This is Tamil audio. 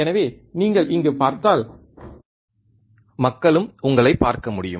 எனவே நீங்கள் அங்கு பார்த்தால் மக்களும் உங்களைப் பார்க்க முடியும்